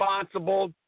responsible